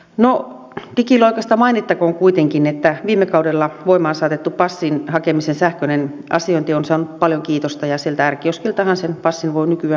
no digiloikasta mainittakoon kuitenkin että viime kaudella voimaan saatettu passin hakemisen sähköinen asiointi on saanut paljon kiitosta ja sieltä r kioskiltahan sen passin voi nykyään noutaa